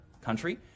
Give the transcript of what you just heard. country